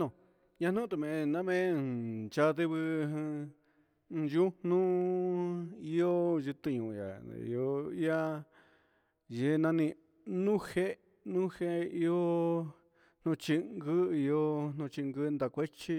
Ñon ñanutume'na men chadinguii yu'u nu'u yo'ó nrute ihá yo'o ihá yenani nunjé nuje ihó nochingu ihó hingo nakuechi,